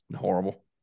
Horrible